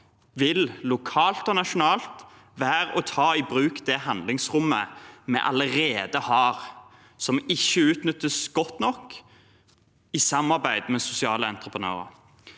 – lokalt og nasjonalt – vil være å ta i bruk det handlingsrommet vi allerede har, som ikke utnyttes godt nok, i samarbeid med sosiale entreprenører.